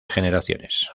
generaciones